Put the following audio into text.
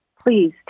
please